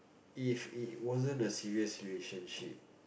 if it wasn't a serious relationship